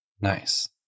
Nice